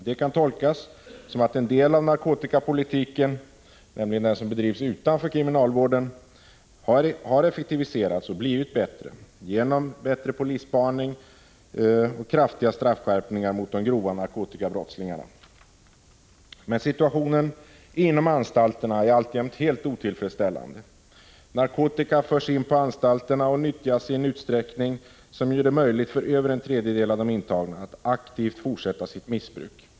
Detta kan tolkas som att en del av narkotikapolitiken, nämligen den som bedrivs utanför kriminalvården, har effektiviserats och blivit bättre genom bättre polisspaning och kraftiga straffskärpningar mot de grova narkotikabrottslingarna. Men situationen inom anstalterna är alltjämt helt otillfredsställande. Narkotika förs in på anstalterna och nyttjas i en utsträckning som gör det möjligt för över en tredjedel av de intagna att aktivt fortsätta sitt missbruk.